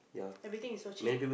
everything is so cheap